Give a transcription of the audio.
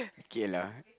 okay lah